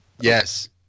Yes